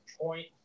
Point